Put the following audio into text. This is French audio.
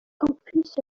campus